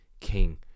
king